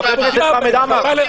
חבר הכנסת חמד עמאר,